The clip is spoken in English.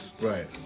Right